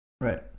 Right